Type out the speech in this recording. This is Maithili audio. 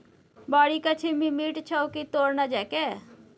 बाड़ीक छिम्मड़ि मीठ छौ की तोड़ न जायके